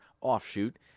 offshoot